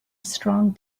strong